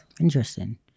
Interesting